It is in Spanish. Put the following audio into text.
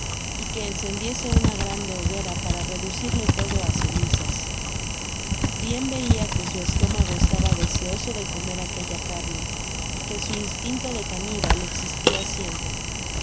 y que encendiese una grande hoguera para reducirlo todo á cenizas bien veia que su estómago estaba deseoso de comer aquella carne y que su instinto de canibal existia siempre